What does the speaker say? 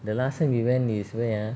the last time we went is where ah